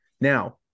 now